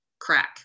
crack